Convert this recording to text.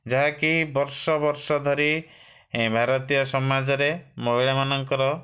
ଯାହାକି ବର୍ଷ ବର୍ଷ ଧରି ଭାରତୀୟ ସମାଜରେ ମହିଳାମାନଙ୍କର